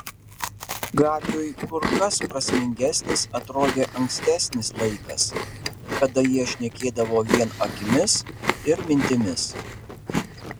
gabiui kur kas prasmingesnis atrodė ankstesnis laikas kada jie šnekėdavo vien akimis ir mintimis